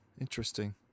Interesting